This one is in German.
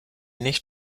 nicht